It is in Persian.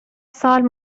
سال